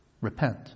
Repent